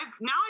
now